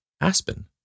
Aspen